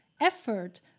effort